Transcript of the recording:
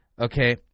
Okay